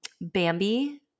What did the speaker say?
Bambi